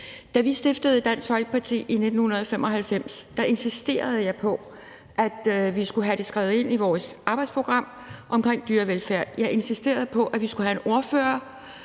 Da vi stiftede Dansk Folkeparti i 1995, insisterede jeg på, at vi skulle have dyrevelfærd skrevet ind i vores arbejdsprogram. Jeg insisterede på, at vi skulle have en ordfører.